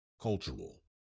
Cultural